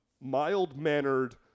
mild-mannered